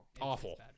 Awful